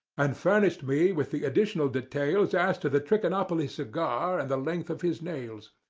and furnished me with the additional details as to the trichinopoly cigar and the length of his nails.